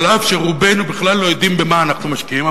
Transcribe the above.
אף שרובנו לא יודעים במה אנחנו משקיעים,